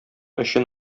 өчен